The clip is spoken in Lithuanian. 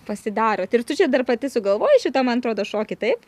pasidarot ir tu čia dar pati sugalvojai šitą man atrodo šokį taip